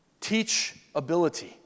teachability